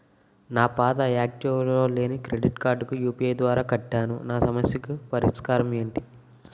నా పాత యాక్టివ్ లో లేని క్రెడిట్ కార్డుకు యు.పి.ఐ ద్వారా కట్టాను నా సమస్యకు పరిష్కారం ఎంటి?